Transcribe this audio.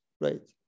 right